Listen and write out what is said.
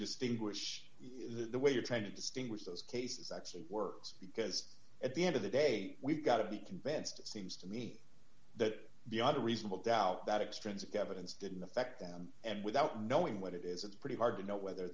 distinguish the way you're trying to distinguish those cases actually works because at the end of the day we've got to be convinced it seems to me that beyond a reasonable doubt that extensive governance didn't affect them and without knowing what it is it's pretty hard to know whether